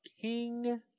King